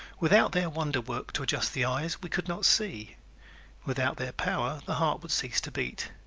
without their wonder-work to adjust the eyes we could not see without their power the heart would cease to beat.